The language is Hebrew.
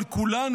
על כולנו,